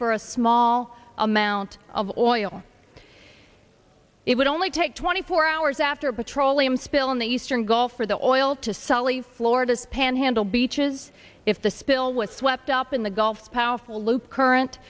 for a small amount of oil it would only take twenty four hours after a petroleum spill in the eastern gulf for the oil to sully florida's panhandle beaches if the spill was swept up in the gulf powerful loop current